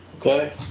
Okay